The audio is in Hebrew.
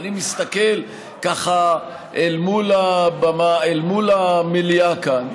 אני מסתכל מעל הבמה כאן, אל מול המליאה כאן,